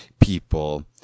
People